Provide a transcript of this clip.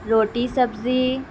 روٹی سبزی